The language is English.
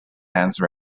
dance